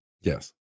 Yes